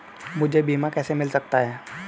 मुझे बीमा कैसे मिल सकता है?